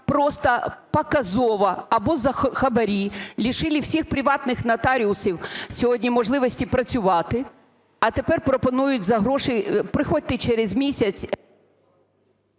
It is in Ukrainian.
просто показово або за хабарі лишили всіх приватних нотаріусів сьогодні можливості працювати, а тепер пропонують за гроші, приходьте через місяць…